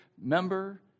member